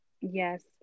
Yes